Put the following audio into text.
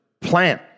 plan